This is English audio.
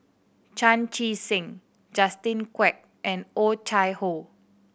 Chan Chee Seng Justin Quek and Oh Chai Hoo